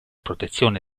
protezione